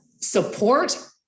support